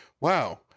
wow